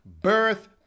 Birth